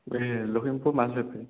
লক্ষীমপুৰ মাছ বেপাৰী